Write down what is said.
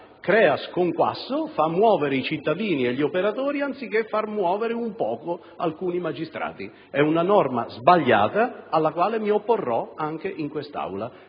crea sconquasso, si fanno muovere i cittadini e gli operatori anziché far muovere un po' alcuni magistrati. È una norma sbagliata alla quale mi opporrò anche in Assemblea.